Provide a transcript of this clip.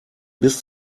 bis